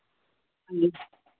नाम